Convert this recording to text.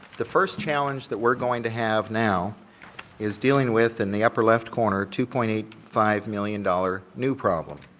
the first challenge that we're going to have now is dealing with, in the upper left corner, two point eight five million dollar new problem,